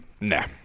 Nah